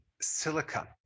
silica